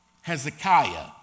Hezekiah